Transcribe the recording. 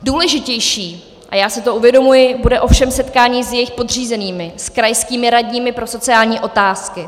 Důležitější, a já si to uvědomuji, bude ovšem setkání s jejich podřízenými, s krajskými radními pro sociální otázky.